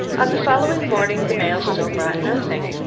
on the following morning the mail still brought nothing.